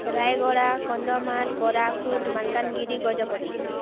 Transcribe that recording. Rayagada Kandhamal Koraput Malkangiri Gajapati